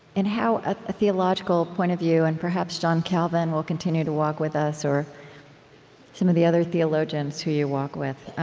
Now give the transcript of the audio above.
and how a theological point of view and perhaps john calvin will continue to walk with us, or some of the other theologians who you walk with.